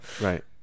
Right